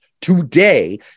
today